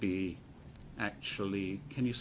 be actually can you